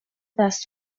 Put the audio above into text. دست